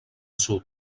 sud